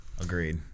Agreed